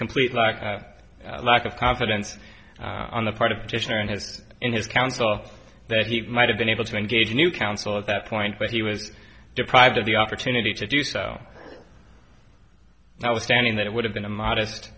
complete lack of lack of confidence on the part of titian has in his counsel that he might have been able to engage new counsel at that point but he was deprived of the opportunity to do so i was standing that it would have been a modest